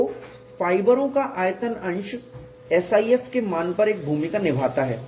तो फाइबरों का आयतन अंश SIF के मान पर एक भूमिका निभाता है